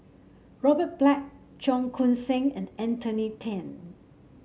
Robert Black Cheong Koon Seng and Anthony Then